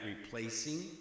replacing